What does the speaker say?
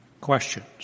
questions